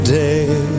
day